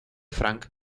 frank